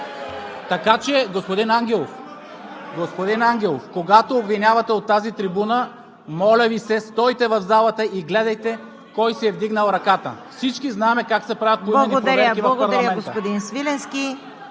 Така че, господин Ангелов, когато обвинявате от тази трибуна, моля Ви, стойте в залата и гледайте кой си е вдигнал ръката. Всички знаем как се правят поименни проверки в парламента. ПРЕДСЕДАТЕЛ ЦВЕТА КАРАЯНЧЕВА: Благодаря, господин Свиленски.